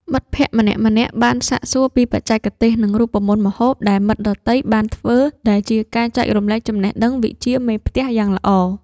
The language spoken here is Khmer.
មិត្តភក្តិម្នាក់ៗបានសាកសួរពីបច្ចេកទេស និងរូបមន្តម្ហូបដែលមិត្តដទៃបានធ្វើ ដែលជាការចែករំលែកចំណេះដឹងវិជ្ជាមេផ្ទះយ៉ាងល្អ។